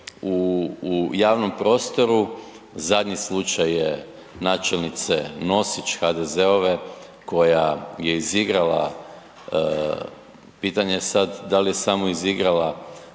u javnom prostoru. Zadnji slučaj je načelnice Nosić HDZ-ove koja je izigrala, pitanje je sada da li je samo izigrala